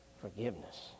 forgiveness